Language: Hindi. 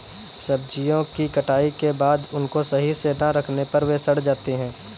सब्जियों की कटाई के बाद उनको सही से ना रखने पर वे सड़ जाती हैं